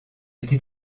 été